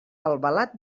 albalat